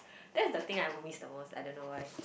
that's the thing I missed the most I don't know why